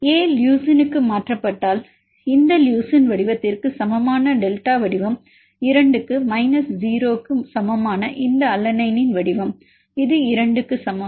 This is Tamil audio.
A லியூசினுக்கு மாற்றப்பட்டால் இந்த லியூசின் வடிவத்திற்கு சமமான டெல்டா வடிவம் 2 க்கு மைனஸ் 0 க்கு சமமான இந்த அலனைனின் வடிவம் இது 2 க்கு சமம்